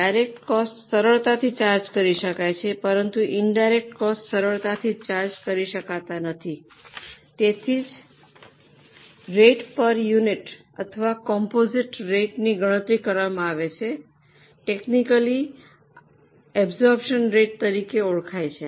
direct cost સરળતાથી charge કરી શકાય છે પરંતુ ઇનડાયરેક્ટ કોસ્ટ સરળતાથી ચાર્જ કરી શકાતા નથી તેથી જ રેટ પર યુનિટ અથવા કોમ્પોઝિટ રેટની ગણતરી કરવામાં આવે છે તકનીકી રીતે અબ્જ઼ૉર્પ્શન રેટ તરીકે ઓળખાય છે